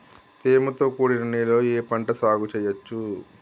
తేమతో కూడిన నేలలో ఏ పంట సాగు చేయచ్చు?